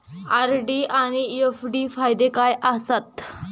RD आनि FD फायदे काय आसात?